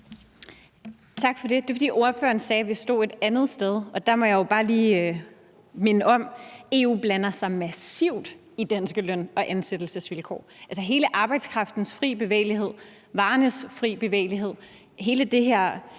Tak for det. Ordføreren sagde, vi stod et andet sted, og der må jeg jo bare lige minde om, at EU blander sig massivt i danske løn- og ansættelsesvilkår. Hele arbejdskraftens fri bevægelighed og varernes fri bevægelighed og hele det her